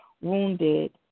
wounded